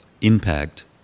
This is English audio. impact